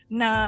na